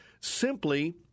simply